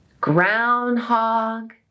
Groundhog